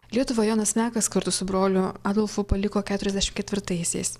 lietuvą jonas mekas kartu su broliu adolfu paliko keturiasdešim ketvirtaisiais